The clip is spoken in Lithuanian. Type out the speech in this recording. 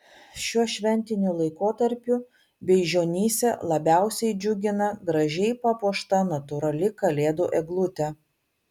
šiuo šventiniu laikotarpiu beižionyse labiausiai džiugina gražiai papuošta natūrali kalėdų eglutė